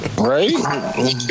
Right